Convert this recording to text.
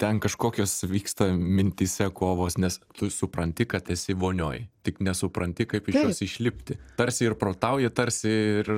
ten kažkokios vyksta mintyse kovos nes tu supranti kad esi vonioj tik nesupranti kaip iš jos išlipti tarsi ir protauji tarsi ir